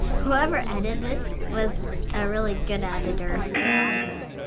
whoever edited this was a really good editor.